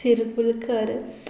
Tendulkar